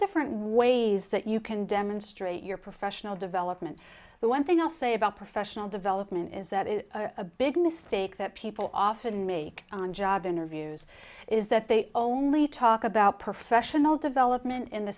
different ways that you can demonstrate your professional development the one thing i'll say about professional development is that is a big mistake that people often make on job interviews is that they only talk about professional development in the